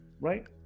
right